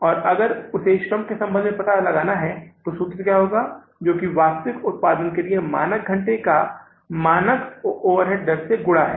और अगर उसे श्रम के संबंध में पता लगाना है तो क्या सूत्र होगा जो कि वास्तविक उत्पादन के लिए मानक घंटे का मानक ओवरहेड दर से गुणा है